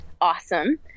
awesome